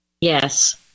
Yes